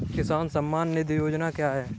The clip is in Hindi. किसान सम्मान निधि योजना क्या है?